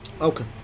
okay